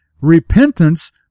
Repentance